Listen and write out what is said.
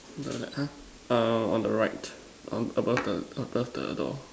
got the uh err on the right on above the above the door